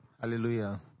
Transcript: Hallelujah